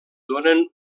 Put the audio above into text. donen